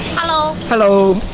hello hello,